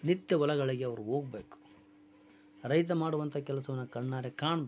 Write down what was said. ನಿತ್ಯ ಹೊಲಗಳಿಗೆ ಅವ್ರು ಹೋಗ್ಬೇಕು ರೈತ ಮಾಡುವಂಥ ಕೆಲಸವನ್ನ ಕಣ್ಣಾರೆ ಕಾಣಬೇಕು